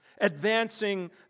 Advancing